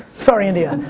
sorry india.